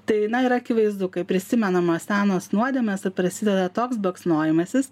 tai na yra akivaizdu kai prisimenamos senos nuodėmės ir prasideda toks baksnojimasis